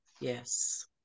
yes